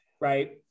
right